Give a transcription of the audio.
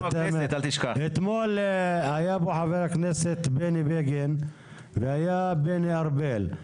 אתמול היה פה חבר הכנסת בני בגין והיה בני ארבל.